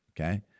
Okay